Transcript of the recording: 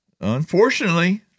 unfortunately